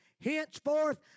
Henceforth